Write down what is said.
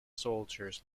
soldiers